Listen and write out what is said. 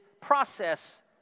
process